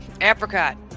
Apricot